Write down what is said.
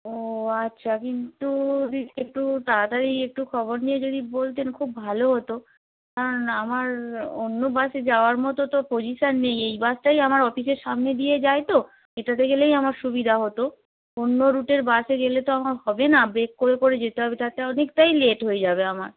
ও আচ্ছা কিন্তু একটু তাড়াতাড়ি একটু খবর নিয়ে যদি বলতেন খুব ভালো হতো কারণ আমার অন্য বাসে যাওয়ার মতো তো পজিশন নেই এই বাসটাই আমার অফিসের সামনে দিয়ে যায় তো এটাতে গেলেই আমার সুবিধা হতো অন্য রুটের বাসে গেলে তো আমার হবে না ব্রেক করে করে যেতে হবে তাতে অনেকটাই লেট হয়ে যাবে আমার